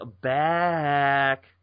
back